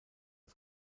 als